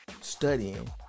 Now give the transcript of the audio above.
studying